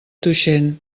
tuixén